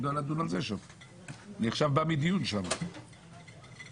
ההמלצה היא להעביר את הזה לדיון בוועדת הכספים.